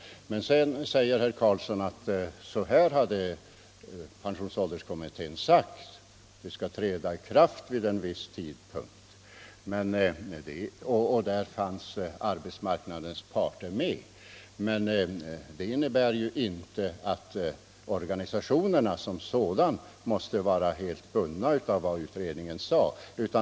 Nr 134 Herr Carlsson i Vikmanshyttan säger ätt pensionsålderskommittén Onsdagen den hade föreslagit att reformen skulle träda i kraft vid en viss tidpunkt 4 december 1974 och att i den kommittén fanns arbetsmarknadens parter med. Men det betyder ju inte att organisationerna som sådana måste vara bundna av Sänkning av den vad utredningen sagt.